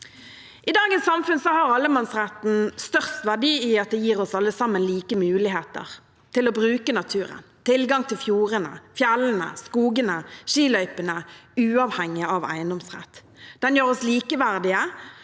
I dagens samfunn har allemannsretten størst verdi i at det gir oss alle sammen like muligheter til å bruke naturen, med tilgang til fjordene, fjellene, skogene og skiløypene uavhengig av eiendomsrett. Den gjør oss likeverdige,